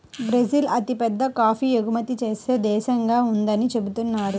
Brazil అతిపెద్ద coffee ఎగుమతి చేసే దేశంగా ఉందని చెబుతున్నారు